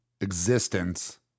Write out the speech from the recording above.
existence